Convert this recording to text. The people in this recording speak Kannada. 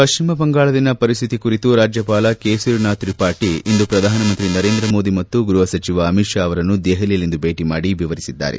ಪಶ್ಚಿಮ ಬಂಗಾಳದಲ್ಲಿನ ಪರಿಸ್ತಿತಿ ಕುರಿತು ರಾಜ್ಲಪಾಲ ಕೇಸರಿ ನಾಥ್ ತ್ರಿಪಾಠಿ ಇಂದು ಪ್ರಧಾನಮಂತ್ರಿ ನರೇಂದ್ರ ಮೋದಿ ಮತ್ತು ಗ್ರಹ ಸಚಿವ ಅಮಿತ್ ಶಾ ಅವರನ್ನು ದೆಹಲಿಯಲ್ಲಿಂದು ಭೇಟಿ ಮಾಡಿ ವಿವರಿಸಿದ್ದಾರೆ